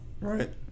Right